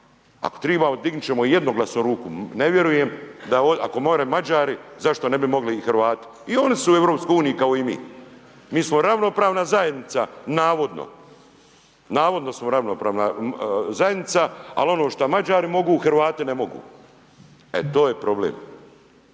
Ako treba, dignuti ćemo jednoglasno ruku, ne vjerujem, ako more Mađari, zašto ne bi mogli i Hrvati i oni su u EU kao i mi. Mi smo ravnopravna zajednica, navodno. Navodno samo ravnopravna zajednica, ali ono što Mađari mogu, Hrvati ne mogu. E to je problem.